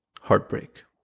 heartbreak